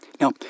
Now